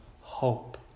hope